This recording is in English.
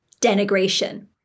denigration